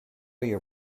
your